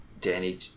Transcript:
Danny